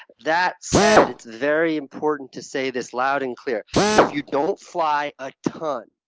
that said, it's very important to say this loud and clear if you don't fly a ton,